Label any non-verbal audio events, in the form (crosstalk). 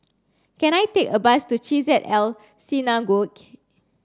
can I take a bus to Chesed El Synagogue (unintelligible)